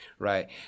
right